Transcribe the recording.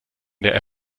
der